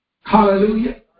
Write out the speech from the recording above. Hallelujah